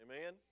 Amen